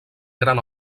gran